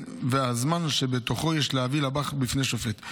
והזמן שבתוכו יש להביא לב"ח בפני שופט.